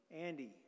Andy